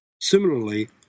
Similarly